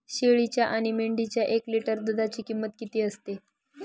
शेळीच्या आणि मेंढीच्या एक लिटर दूधाची किंमत किती असते?